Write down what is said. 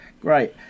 great